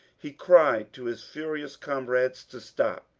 he cried to his furious comrades to stop.